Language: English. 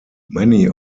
many